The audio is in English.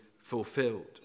fulfilled